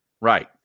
Right